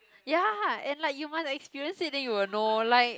ya and like you must experience it then you will know like